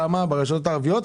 כמה ברשתות הערביות.